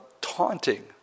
taunting